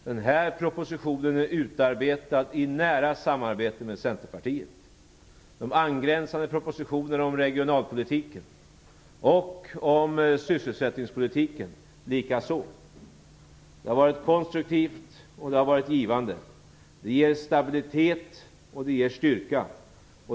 Denna proposition är utarbetad i nära samarbete med Centerpartiet, de angränsande propositionerna om regionalpolitiken och sysselsättningspolitiken likaså. Det har varit konstruktivt och givande. Det ger stabilitet och styrka.